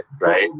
right